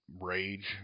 rage